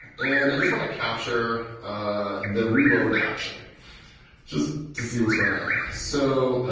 and i just want to capture the reload action just to see what's going on. so